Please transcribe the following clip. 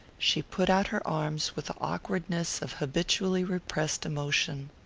she put out her arms with the awkwardness of habitually repressed emotion.